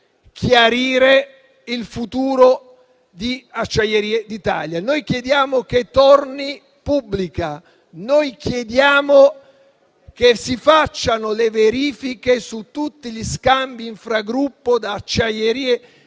chiarire il futuro di Acciaierie d'Italia. Noi chiediamo che torni pubblica. Noi chiediamo che si facciano le verifiche su tutti gli scambi infragruppo da Acciaierie d'Italia